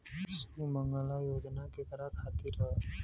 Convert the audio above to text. सुमँगला योजना केकरा खातिर ह?